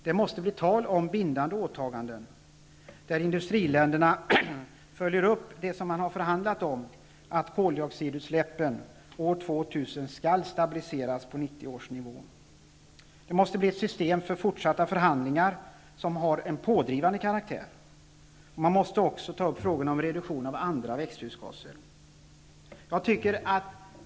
Det måste bli tal om bindande åtaganden, där industriländerna följer upp det man har förhandlat om, dvs. att koldioxidutsläppen år 2000 skall stabiliseras på 1990 års nivå. Det måste bli ett system för fortsatta förhandlingar, som har en pådrivande karaktär. Man måste också ta upp frågan om reduktion av andra växthusgaser.